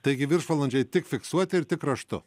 taigi viršvalandžiai tik fiksuoti ir tik raštu